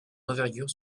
d’envergure